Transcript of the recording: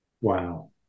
Wow